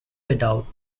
without